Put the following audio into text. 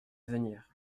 venir